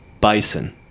Bison